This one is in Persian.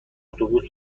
اتوبوس